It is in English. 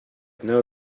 know